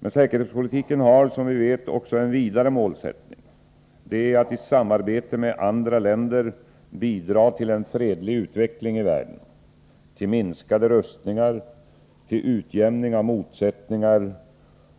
Men säkerhetspolitiken har — som vi vet — också en vidare målsättning, nämligen att i samarbete med andra länder bidra till en fredlig utveckling i världen, till minskade rustningar, till utjämning av motsättningar